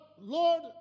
Lord